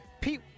Pete